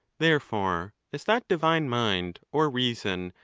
therefore, as that divine mind, or reason,